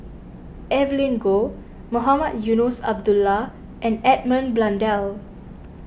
Evelyn Goh Mohamed Eunos Abdullah and Edmund Blundell